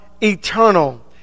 eternal